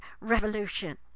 revolution